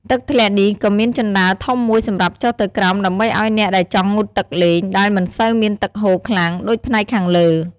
ទឹកធ្លាក់នេះក៏មានជណ្ដើរធំមួយសម្រាប់ចុះទៅក្រោមដើម្បីឲ្យអ្នកដែលចង់ងូតទឹកលេង ដែលមិនសូវមានទឹកហូរខ្លាំងដូចផ្នែកខាងលើ។